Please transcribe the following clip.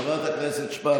חברת הכנסת שפק,